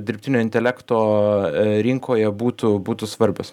dirbtinio intelekto rinkoje būtų būtų svarbios